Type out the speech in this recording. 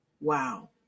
Wow